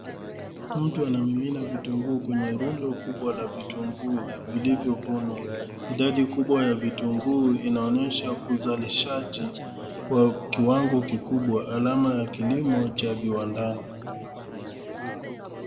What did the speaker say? Mtu anamimina vitunguu kwenye rundo kubwa la vitunguu vilivyovunwa. Idadi kubwa ya vitunguu inaonesha uzalishaji wa kiwango kikubwa, alama ya kilimo cha viwandani.